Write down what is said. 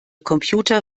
computer